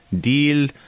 deal